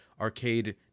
arcade